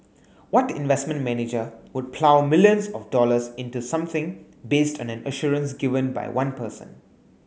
what investment manager would plough millions of dollars into something based on an assurance given by one person